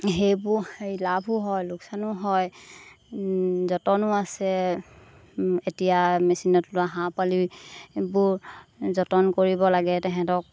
সেইবোৰ হেৰি লাভো হয় লোকচানো হয় যতনো আছে এতিয়া মেচিনত লোৱা হাঁহ পাোৱালিবোৰ যতন কৰিব লাগে তাহাঁতক